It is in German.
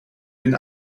den